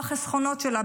או החסכונות שלה,